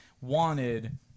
wanted